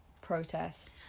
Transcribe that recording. protests